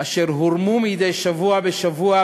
אשר הורמו מדי שבוע בשבוע,